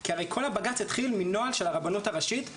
כי הרי כל הבג"ץ התחיל מנוהל חדש של הרבנות הראשית מ-2017.